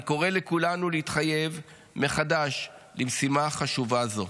אני קורא לכולנו להתחייב מחדש למשימה חשובה זו.